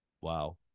Wow